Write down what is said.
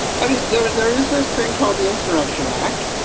but there there is this thing called the insurrection act.